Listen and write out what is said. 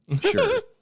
sure